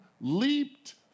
leaped